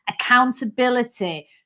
accountability